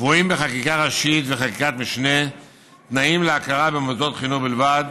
קבועים בחקיקה ראשית ובחקיקת משנה תנאים להכרה במוסדות חינוך בלבד,